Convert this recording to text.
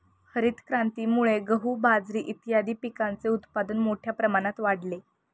हरितक्रांतीमुळे गहू, बाजरी इत्यादीं पिकांचे उत्पादन मोठ्या प्रमाणात वाढले